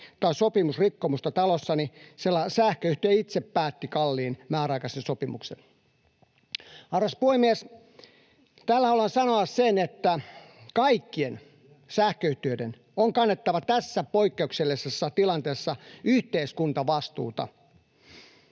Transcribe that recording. tai sopimusrikkomusta, sillä sähköyhtiö itse päätti kalliin määräaikaisen sopimuksen. Arvoisa puhemies! Tällä haluan sanoa sen, että kaikkien sähköyhtiöiden on kannettava tässä poikkeuksellisessa tilanteessa yhteiskuntavastuuta.